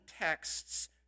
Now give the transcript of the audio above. texts